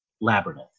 Labyrinth